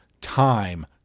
time